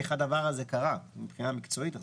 איך הדבר הזה קרה מבחינה מקצועית?